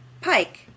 Pike